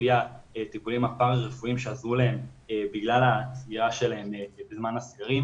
בלי הטיפולים הפרה-רפואיים שעזרו להם בגלל הסגירה שלהם בזמן הסגרים,